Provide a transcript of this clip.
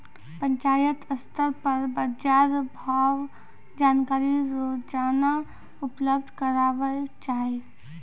पंचायत स्तर पर बाजार भावक जानकारी रोजाना उपलब्ध करैवाक चाही?